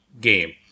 game